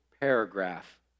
paragraph